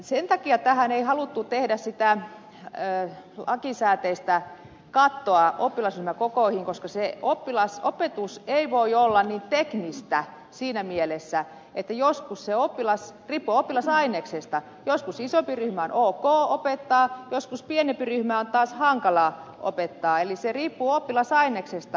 sen takia tähän ei haluttu tehdä sitä lakisääteistä kattoa oppilasryhmäkokoihin koska opetus ei voi olla niin teknistä siinä mielessä että riippuu oppilasaineksesta joskus isompi ryhmä on ok opettaa joskus pienempi ryhmä on taas hankala opettaa eli se riippuu oppilasaineksesta